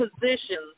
positions